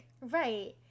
Right